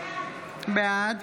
בעד